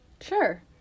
Sure